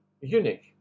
unique